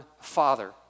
Father